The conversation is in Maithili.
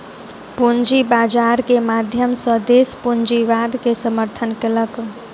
पूंजी बाजार के माध्यम सॅ देस पूंजीवाद के समर्थन केलक